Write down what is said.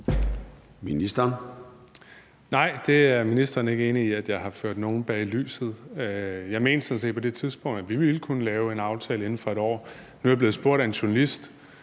Bek): Nej, det er ministeren ikke enig i, altså at jeg har ført nogen bag lyset. Jeg mente sådan set på det tidspunkt, at vi ville kunne lave en aftale inden for 1 år. Nu er jeg blevet spurgt af en journalist: